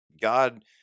God